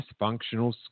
dysfunctional